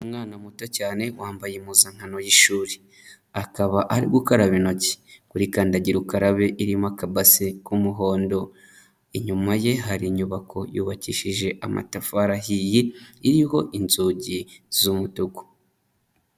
Umwana muto cyane wambaye impuzankano y'ishuri akaba ari gukaraba intoki kurikandagira ukarabe irimo kabase k'umuhondo, inyuma ye hari inyubako yubakishije amatafarihiyi iriho inzugi z'umutuku.